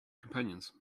companions